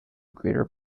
greater